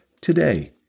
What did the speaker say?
today